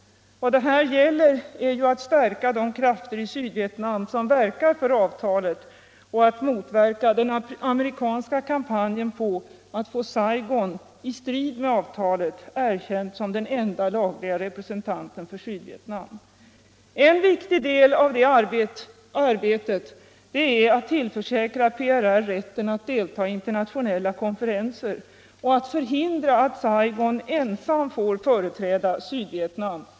Vad det här gäller är ju att stärka de krafter i Sydvietnam som verkar för avtalet och att motverka den amerikanska kampanjen för att få Saigon, i strid med avtalet, erkänt som den enda lagliga representanten för Sydvietnam. En nu viktig del av det arbetet är att tillförsäkra PRR rätten att delta i internationella konferenser och att förhindra att Saigon ensamt får företräda Sydvietnam.